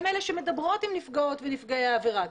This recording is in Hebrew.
הן אלה שמדברות עם נפגעות ונפגעי העבירה,